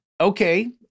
Okay